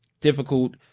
difficult